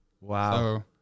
Wow